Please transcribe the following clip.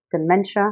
dementia